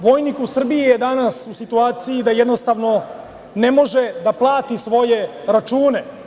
Vojnik u Srbiji je danas u situaciji da jednostavno ne može da plati svoje račune.